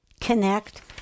connect